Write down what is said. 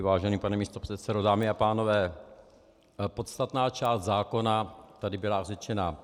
Vážený pane místopředsedo, dámy a pánové, podstatná část zákona tady byla řečena.